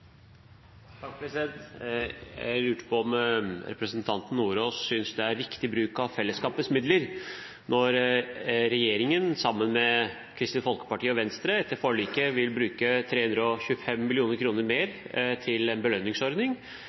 bruk av fellesskapets midler når regjeringen sammen med Kristelig Folkeparti og Venstre etter forliket vil bruke 325 mill. kr mer til en belønningsordning